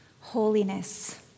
holiness